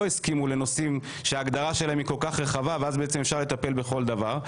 הסכימו לנושאים שההגדרה שלהם היא כל כך רחבה ואז בעצם אפשר לטפל בכל דבר,